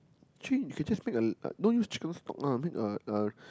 actually you can just make a a don't use chicken stock lah make a a